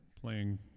playing